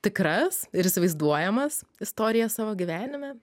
tikras ir įsivaizduojamas istorijas savo gyvenime